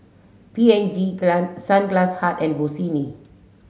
P and G Sunglass Hut and Bossini